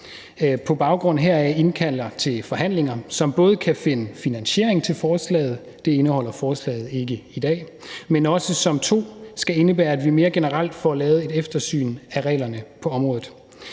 på baggrund heraf indkalder til forhandlinger, som både skal handle om at finde finansiering til forslaget – det indeholder forslaget ikke i dag – men som også 2) skal indebære, at vi mere generelt får lavet et eftersyn af reglerne på området.